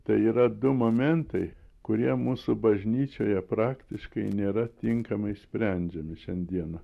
tai yra du momentai kurie mūsų bažnyčioje praktiškai nėra tinkamai sprendžiami šiandieną